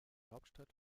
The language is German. hauptstadt